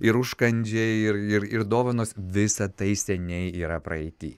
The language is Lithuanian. ir užkandžiai ir ir ir dovanos visa tai seniai yra praeity